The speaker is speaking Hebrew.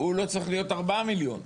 הוא לא צריך להיות ארבעה מיליון?